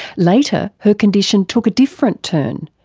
later her condition took a different turn,